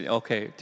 okay